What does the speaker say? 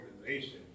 organization